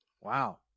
Wow